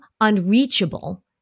unreachable